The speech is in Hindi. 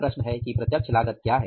प्रत्यक्ष लागत क्या है